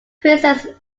princess